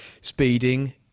speeding